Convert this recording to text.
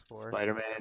Spider-Man